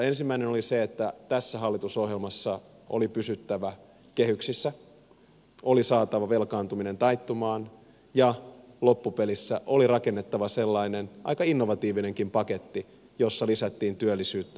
ensimmäinen on se että tässä hallitusohjelmassa oli pysyttävä kehyksissä oli saatava velkaantuminen taittumaan ja loppupelissä oli rakennettava sellainen aika innovatiivinenkin paketti jossa lisättiin työllisyyttä ja talouskasvua